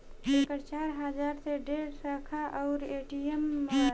एकर चार हजार से ढेरे शाखा अउर ए.टी.एम बावे